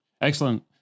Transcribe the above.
Excellent